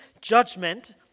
judgment